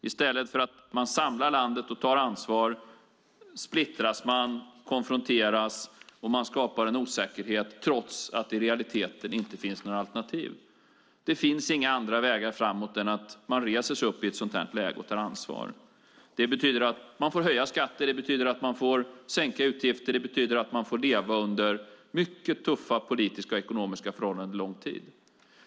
I stället för att man samlar landet och tar ansvar splittras man, konfronteras och skapar en osäkerhet, trots att det i realiteten inte finns några alternativ. Det finns inga andra vägar framåt i ett sådant här läge än att man reser sig upp och tar ansvar. Det betyder att man får höja skatter. Det betyder att man får sänka utgifter. Det betyder att man får leva under mycket tuffa politiska och ekonomiska förhållanden under lång tid.